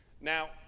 Now